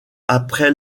après